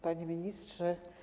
Panie Ministrze!